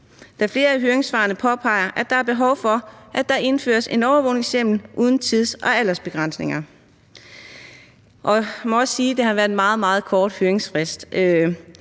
Flere af høringssvarene påpeger, at der er behov for, at der indføres en overvågningshjemmel uden tids- og aldersbegrænsninger. Jeg må også sige, at det har været